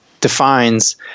defines